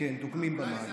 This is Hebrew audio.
כן, דוגמים במים.